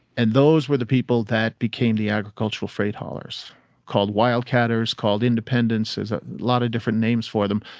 and those were the people that became the agricultural freight haulers called wildcatters called independents, there's a lot of different names for them.